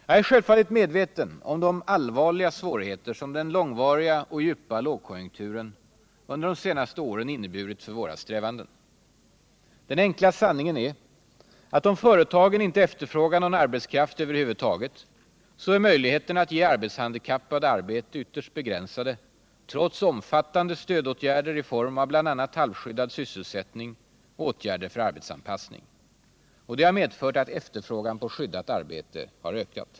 Jag är självfallet medveten om de allvarliga svårigheter som den långvariga och djupa lågkonjunkturen under de senaste åren inneburit för våra strävanden. Den enkla sanningen är att om företagen inte efterfrågar någon arbetskraft över huvud taget, så är möjligheterna att ge arbetshandikappade arbete ytterst begränsade, trots omfattande stödåtgärder i form av bl.a. halvskyddad sysselsättning och åtgärder för arbetsanpassning. Det har medfört att efterfrågan på skyddat arbete har ökat.